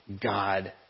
God